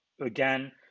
again